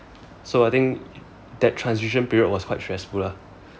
so I think that transition period was quite stressful lah